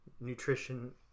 nutrition